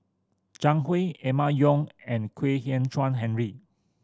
Zhang Hui Emma Yong and Kwek Hian Chuan Henry